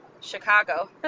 Chicago